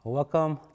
welcome